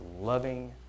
loving